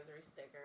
sticker